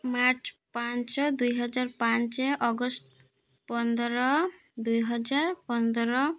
March ପାଞ୍ଚ ଦୁଇହଜାର ପାଞ୍ଚ ଅଗଷ୍ଟ ପନ୍ଦର ଦୁଇହଜାର ପନ୍ଦର